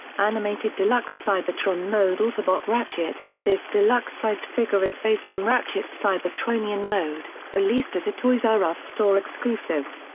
animated deluxe cybertron mode autobot ratchet this deluxe sized figure is based on ratchet's cybertronian mode, released as a toys r us store exclusive.